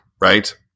right